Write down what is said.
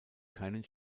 keinen